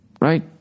Right